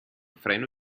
freno